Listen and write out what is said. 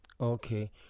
okay